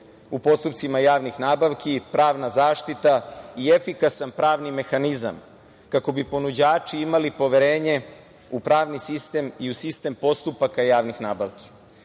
u postupcima javnih nabavki, pravna zaštita i efikasan pravni mehanizam kako bi ponuđači imali poverenje u pravni sistem i u sistem postupaka javnih nabavki. Takođe,